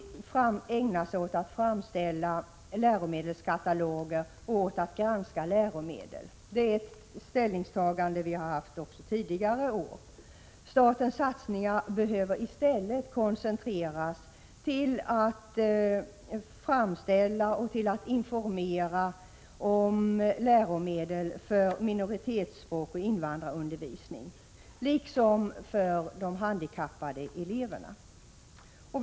1986/87:94 att framställa läromedelskataloger och åt att granska läromedel. Det är ett 25 mars 1987 ställningstagande vi har haft också tidi år. Stat tsni bör i stället gstagi igare år. Statens satsningar bör i ställe Arslas tili ceniald och koncentreras till att framställa läromedel och till att informera om läromedel ionala skolpmiyndi för minoritetsspråk och invandrarundervisning samt för handikappade EO EKEN eterm.m. elever.